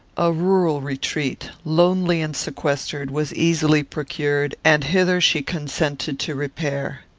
a rural retreat, lonely and sequestered, was easily procured, and hither she consented to repair.